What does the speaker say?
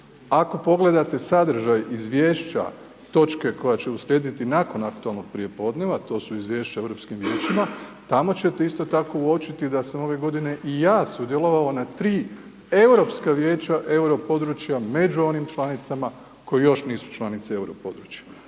Ako pogledate sadržaj izvješća točke koja će uslijediti nakon aktualnog prijepodneva, to su izvješća Europskim vijećima, tamo ćete isto tako uočiti da sam ove godine i ja sudjelovao na tri Europska vijeća europodručja među onim članicama koje još nisu članice europodručja.